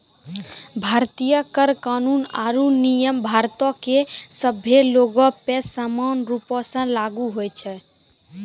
भारतीय कर कानून आरु नियम भारतो के सभ्भे लोगो पे समान रूपो से लागू होय छै